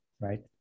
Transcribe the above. right